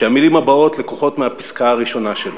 שהמילים הבאות לקוחות מהפסקה הראשונה שלו: